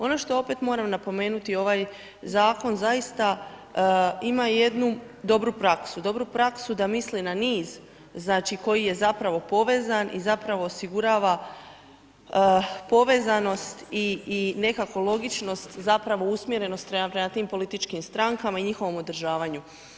Ono što opet moram napomenuti je ovaj zakon zaista ima jednu dobru praksu, dobru praksu da misli na niz znači koji je zapravo povezan i zapravo osigurava povezanost i nekako logičnost zapravo usmjerenost prema tim političkim strankama i njihovom održavanju.